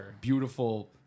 beautiful